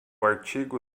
artigo